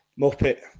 Muppet